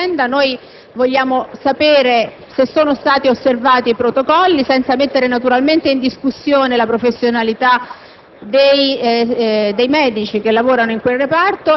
non sia stato neppure avvisato il sindaco. Vogliamo sapere se sono stati osservati i protocolli, senza mettere naturalmente in discussione la professionalità